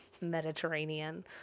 Mediterranean